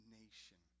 nation